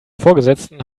vorgesetzten